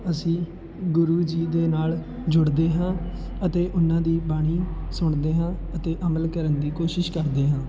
ਅਸੀਂ ਗੁਰੂ ਜੀ ਦੇ ਨਾਲ ਜੁੜਦੇ ਹਾਂ ਅਤੇ ਉਨ੍ਹਾਂ ਦੀ ਬਾਣੀ ਸੁਣਦੇ ਹਾਂ ਅਤੇ ਅਮਲ ਕਰਨ ਦੀ ਕੋਸ਼ਿਸ਼ ਕਰਦੇ ਹਾਂ